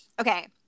okay